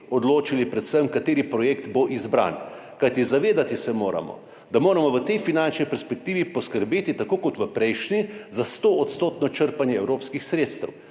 odločili predvsem, kateri projekt bo izbran. Kajti zavedati se moramo, da moramo v tej finančni perspektivi poskrbeti, tako kot v prejšnji, za stoodstotno črpanje evropskih sredstev.